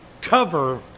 cover